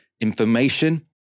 information